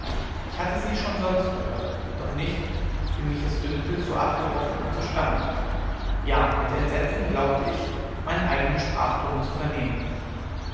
ich hatte sie schon sonst gehört doch nicht wie mich es dünkte so abgebrochen und so stammelnd ja mit entsetzen glaubte ich meinen eignen sprachton zu vernehmen